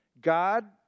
God